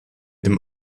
dem